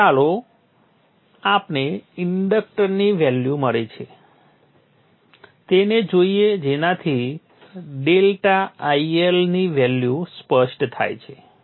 તેથી ચાલો આપણે ઇન્ડક્ટરની વેલ્યુ મળે છે તેને જોઈએ જેનાથી ∆IL ની વેલ્યુ સ્પષ્ટ થાય છે